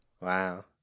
Wow